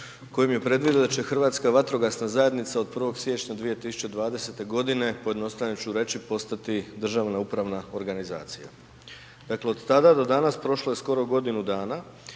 kojim je predvidio da će Hrvatska vatrogasna zajednica od 1. siječnja 2020. pojednostavljeno ću reći postati državna upravna organizacija. Dakle od tada do danas prošlo je skoro godinu dana